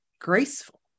graceful